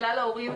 לכלל ההורים,